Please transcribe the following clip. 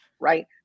Right